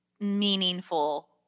meaningful